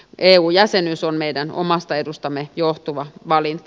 eu jäsenyys on meidän omasta edustamme johtuva valinta